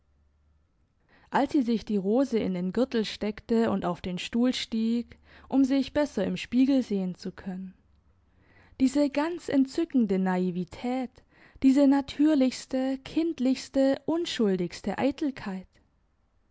als sie sich die rose in den gürtel steckte und auf den stuhl stieg um sich besser im spiegel sehen zu können diese ganz entzückende naivität diese natürlichste kindlichste unschuldigste eitelkeit